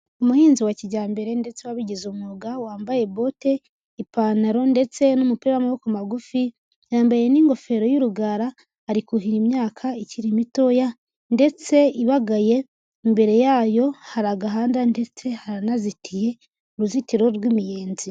Umuhinzi wa kijyambere ndetse wabigize umwuga, wambaye bote, ipantaro ndetse n'umupira w'amaboko magufi, yambaye n'ingofero y'urugara, ari kuhira imyaka ikiri mitoya ndetse ibagaye, imbere yayo hari agahanda ndetse haranazitiye uruzitiro rw'imiyenzi.